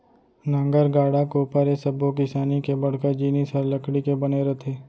नांगर, गाड़ा, कोपर ए सब्बो किसानी के बड़का जिनिस हर लकड़ी के बने रथे